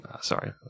Sorry